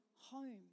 home